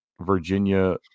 Virginia